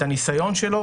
את הניסיון שלו,